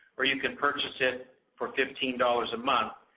where you can purchase it for fifteen dollars a month,